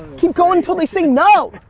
keep going til they say no.